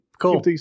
Cool